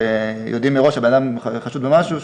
שיודעים מראש שהבן אדם חשוד במשהו,